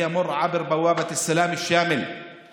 שלא יושג אלא באמצעות שלום כולל